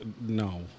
no